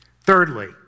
Thirdly